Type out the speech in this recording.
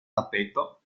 tappeto